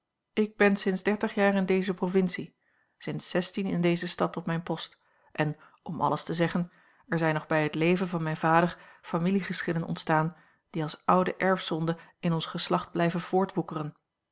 ik ben sinds dertig jaar in deze provincie sinds zestien in deze stad op mijn post en om alles te zeggen er zijn nog bij het leven van mijn vader familiegeschillen ontstaan die als oude erfzonde in ons geslacht blijven